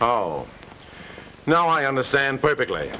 oh now i understand perfectly